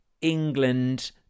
England